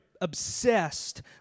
obsessed